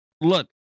look